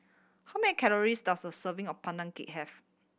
how many calories does a serving of Pandan Cake have